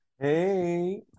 Hey